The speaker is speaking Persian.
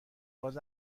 باز